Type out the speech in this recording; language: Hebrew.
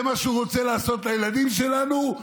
זה מה שהוא רוצה לעשות לילדים שלנו,